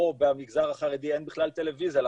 או במגזר החרדי אין בכלל טלוויזיה,